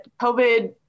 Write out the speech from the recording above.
covid